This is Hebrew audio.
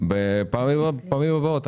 בפעמים הבאות.